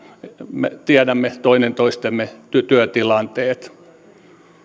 me tiedämme toinen toistemme työtilanteet